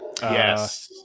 Yes